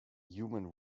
human